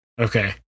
Okay